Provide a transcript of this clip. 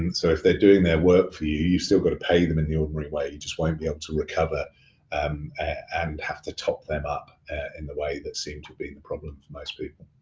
and so if they're doing their work for you, you still gotta pay them in the ordinary way. you just won't be able to recover um and have to top them up in the way that seemed to be the problem for most people.